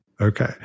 Okay